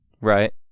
right